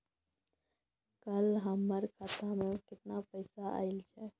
कल हमर खाता मैं केतना पैसा आइल छै?